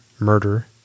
murder